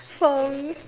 sorry